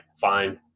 fine